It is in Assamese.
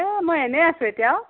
এই মই এনে আছো এতিয়া আৰু